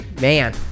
man